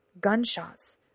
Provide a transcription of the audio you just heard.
Gunshots